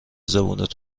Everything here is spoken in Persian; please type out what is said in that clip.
زبونت